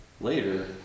later